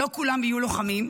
לא כולם היו לוחמים,